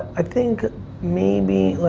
i think maybe, let,